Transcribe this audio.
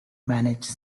manage